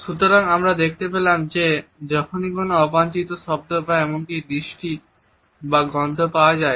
সুতরাং আমরা দেখতে পেলাম যে যখনই কোনও অবাঞ্ছিত শব্দ বা এমনকি দৃষ্টি বা গন্ধ পাওয়া যায়